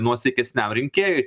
nuosaikesniam rinkėjui